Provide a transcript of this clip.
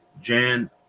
Jan